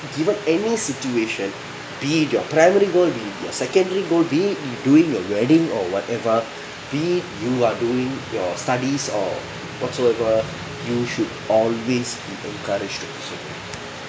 given any situation be it your primary goal your secondary goal be it doing your wedding or whatever be it you are doing your studies or whatsoever you should always be encouraged to persevere